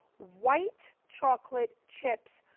white chocolate chips,